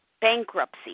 bankruptcy